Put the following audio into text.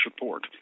report